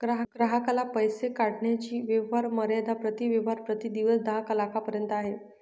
ग्राहकाला पैसे काढण्याची व्यवहार मर्यादा प्रति व्यवहार प्रति दिवस दहा लाखांपर्यंत आहे